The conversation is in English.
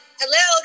hello